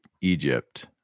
egypt